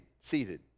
seated